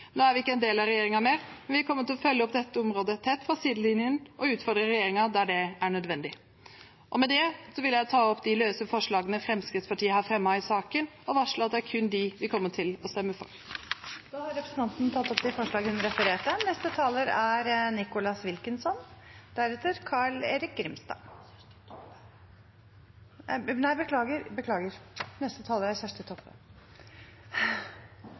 Nå er vi ikke en del av regjeringen mer, men vi kommer til å følge dette området tett fra sidelinjen og utfordre regjeringen der det er nødvendig. Med det vil jeg ta opp de løse forslagene Fremskrittspartiet har fremmet i saken, og varsle at det er kun dem vi kommer til å stemme for. Representanten Åshild Bruun-Gundersen har tatt opp de forslagene hun refererte til. Regjeringa har levert ein opptrappingsplan for barn og unges psykiske helse. Det er det eit stort behov for. Ifølgje regjeringa er